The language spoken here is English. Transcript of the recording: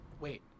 wait